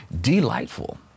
delightful